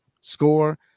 score